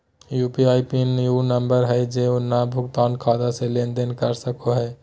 UPI PIN उ number हइ जे नया भुगतान खाता से लेन देन कर सको हइ